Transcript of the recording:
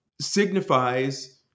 signifies